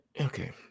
Okay